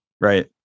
Right